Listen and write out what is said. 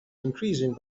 increasing